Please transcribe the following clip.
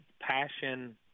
passion